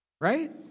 Right